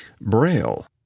Braille